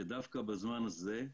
דווקא בזמן הזה,